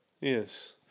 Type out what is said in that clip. Yes